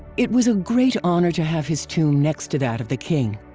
it was a great honor to have his tomb next to that of the king.